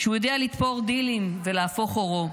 שהוא יודע לתפור דילים ולהפוך עורו.